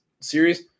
series